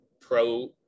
pro